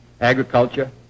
agriculture